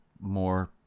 more